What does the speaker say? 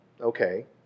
okay